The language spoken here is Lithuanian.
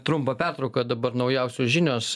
trumpą pertrauką dabar naujausios žinios